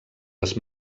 les